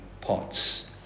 pots